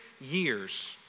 years